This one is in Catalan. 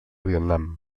vietnam